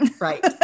right